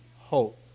hope